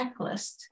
checklist